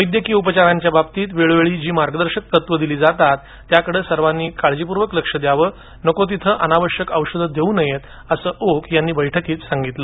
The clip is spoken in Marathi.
वैद्यकीय उपचारांच्या बाबतीत वेळोवेळी जी मार्गदर्शक तत्वं दिली जातात त्याकडे सर्वांनी काळजीपूर्वक लक्ष द्यावं नको तिथे अनावश्यक औषधं देऊ नयेत असं ओक यांनी बैठकीत सांगितलं